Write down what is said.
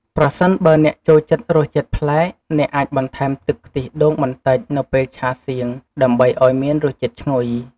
ប្រសិនបើអ្នកចូលចិត្តរសជាតិប្លែក អ្នកអាចបន្ថែមទឹកខ្ទិះដូងបន្តិចនៅពេលឆាសៀង ដើម្បីឱ្យមានរសជាតិឈ្ងុយ។